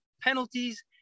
penalties